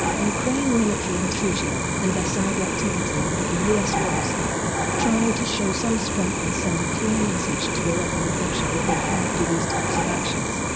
ukraine military intrusion, and their cyber activity and that the us was trying to show some strength and send a clear message to iran and russia that they cannot do these types of actions.